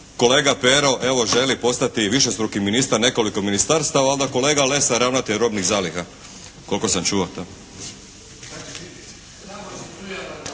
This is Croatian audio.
kolega Pero evo želi postati višestruki ministar nekoliko ministarstava, onda kolega Lesar robnih zaliha koliko sam čuo.